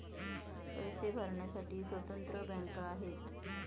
पैसे भरण्यासाठी स्वतंत्र बँका आहेत